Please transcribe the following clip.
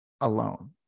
alone